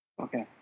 Okay